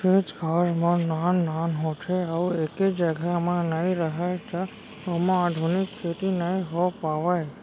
खेत खार मन नान नान होथे अउ एके जघा म नइ राहय त ओमा आधुनिक खेती नइ हो पावय